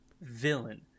villain